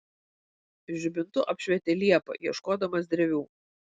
žibintu apšvietė liepą ieškodamas drevių